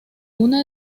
una